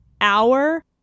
hour